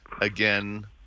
again